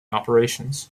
operations